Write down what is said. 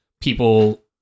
people